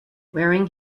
wearing